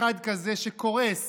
אחד כזה שקורס